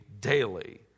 daily